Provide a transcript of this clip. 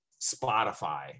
Spotify